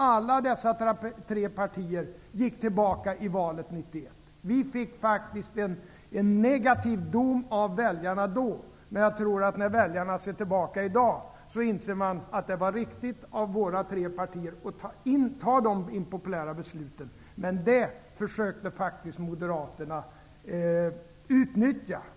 Alla dessa tre partier gick tillbaka i valet 1991. Vi fick faktiskt en negativ dom av väljarna då. När väljarna i dag ser tillbaka, tror jag emellertid att de inser att det var riktigt av dessa tre partier att fatta dessa impopulära beslut. Det förhållandet försökte faktiskt Moderaterna utnyttja.